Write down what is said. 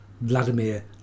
Vladimir